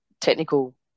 technical